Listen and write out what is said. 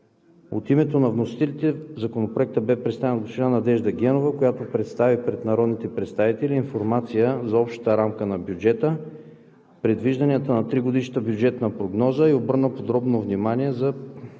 От името на вносителите Законопроектът бе представен от госпожа Надежда Генова, която представи пред народните представители информация за общата рамка на бюджета, предвижданията на тригодишната бюджетна прогноза и обърна подробно внимание на